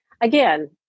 again